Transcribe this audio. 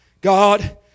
God